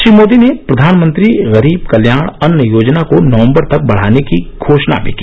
श्री मोदी ने प्रधानमंत्री गरीब कल्याण अन्न योजना को नवंबर तक बढ़ाने की भी घोषणा की